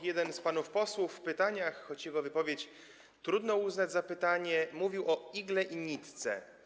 Jeden z panów posłów przy pytaniach - choć jego wypowiedź trudno uznać za pytanie - mówił o igle i nitce.